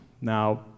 Now